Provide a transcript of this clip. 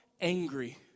angry